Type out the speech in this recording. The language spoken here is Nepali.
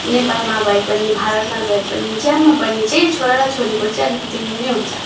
नेपालमा भए पनि भारतमा भए पनि जहाँमा पनि चाहिँ छोरा र छोरीको चाहिँ अलिकति उयो नै हुन्छ